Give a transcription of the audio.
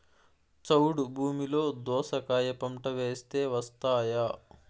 చౌడు భూమిలో దోస కాయ పంట వేస్తే వస్తాయా?